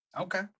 Okay